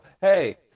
Hey